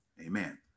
Amen